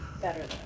Better